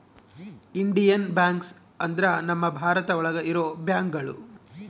Indian banks ಅಂದ್ರ ನಮ್ ಭಾರತ ಒಳಗ ಇರೋ ಬ್ಯಾಂಕ್ಗಳು